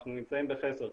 אנחנו נמצאים בחסר,